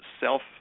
self